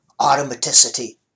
Automaticity